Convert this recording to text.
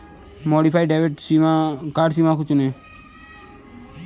modified debit card सीमा को चुनें